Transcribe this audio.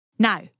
Now